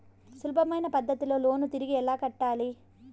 సులభమైన పద్ధతిలో లోను తిరిగి ఎలా కట్టాలి